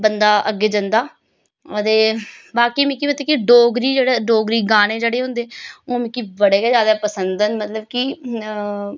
बंदा अग्गें जंदा हां ते बाकी मिगी मतलब कि डोगरी जेह्ड़े डोगरी गाने जेह्ड़े होंदे ओह् मिगी बड़े गै ज्यादा पसंद न मतलब कि